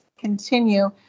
continue